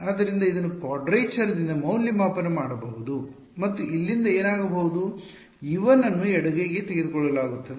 ಆದ್ದರಿಂದ ಇದನ್ನು ಕ್ವಾಡ್ರೇಚರ್ ದಿಂದ ಮೌಲ್ಯಮಾಪನ ಮಾಡಬಹುದು ಮತ್ತು ಇಲ್ಲಿಂದ ಏನಾಗಬಹುದು U1 ಅನ್ನು ಎಡಗೈಗೆ ತೆಗೆದುಕೊಳ್ಳಲಾಗುತ್ತದೆ